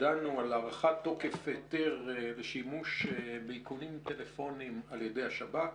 דנו על הארכת תוקף היתר לשימוש באיכונים טלפוניים על ידי השב"כ.